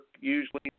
usually